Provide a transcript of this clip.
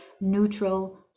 neutral